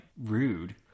rude